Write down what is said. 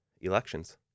Elections